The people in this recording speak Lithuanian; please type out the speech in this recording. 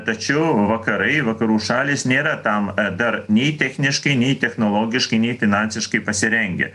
tačiau vakarai vakarų šalys nėra tam dar nei techniškai nei technologiškai nei finansiškai pasirengę